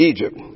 Egypt